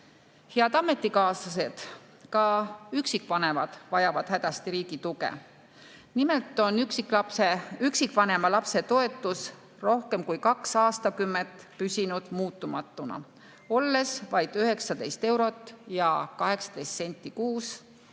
ametikaaslased! Ka üksikvanemad vajavad hädasti riigi tuge. Nimelt on üksikvanema lapse toetus rohkem kui kaks aastakümmet püsinud muutumatuna, olles vaid 19 eurot ja 18 senti kuus.